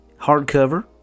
hardcover